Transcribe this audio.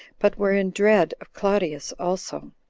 but were in dread of claudius also.